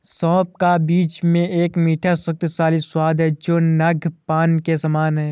सौंफ का बीज में एक मीठा, शक्तिशाली स्वाद है जो नद्यपान के समान है